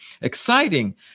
exciting